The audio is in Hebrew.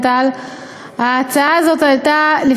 ההצעה הזאת הועלתה,